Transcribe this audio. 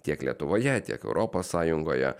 tiek lietuvoje tiek europos sąjungoje